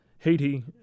Haiti